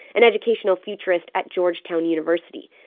an educational futurist at georgetown university.